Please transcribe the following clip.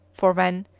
for when,